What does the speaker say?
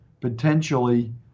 potentially